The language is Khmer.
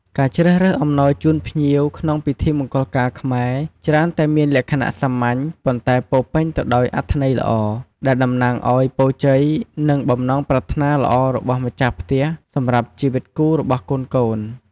ការជ្រើសរើសអំណោយជូនភ្ញៀវក្នុងពិធីមង្គលការខ្មែរ ច្រើនតែមានលក្ខណៈសាមញ្ញ ប៉ុន្តែពោរពេញទៅដោយអត្ថន័យល្អ ដែលតំណាងឲ្យពរជ័យ និងបំណងប្រាថ្នាល្អរបស់ម្ចាស់ផ្ទះសម្រាប់ជីវិតគូរបស់កូនៗ។